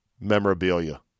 memorabilia